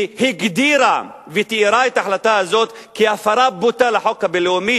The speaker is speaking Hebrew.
והגדירה ותיארה את ההחלטה הזאת כהפרה בוטה של החוק הבין-לאומי